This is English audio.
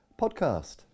Podcast